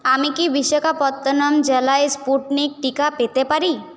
আমি কি বিশাখাপত্তনম জেলায় স্পুটনিক টিকা পেতে পারি